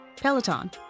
Peloton